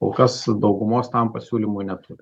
o kas daugumos tam pasiūlymų neturi